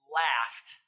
laughed